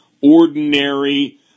ordinary